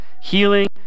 Healing